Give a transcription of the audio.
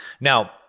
Now